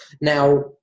Now